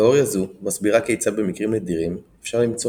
תאוריה זו מסבירה כיצד במקרים נדירים אפשר למצוא